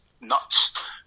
nuts